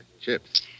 chips